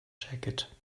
jacket